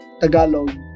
Tagalog